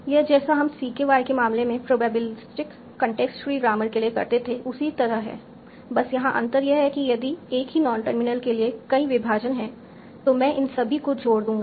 यह जैसा हम CKY के मामले में प्रोबेबिलिस्टिक कॉन्टेक्स्ट फ्री ग्रामर के लिए करते थे उसी की तरह है बस यहां अंतर यह है कि यदि एक ही नॉन टर्मिनल के लिए कई विभाजन हैं तो मैं इन सभी को जोड़ दूंगा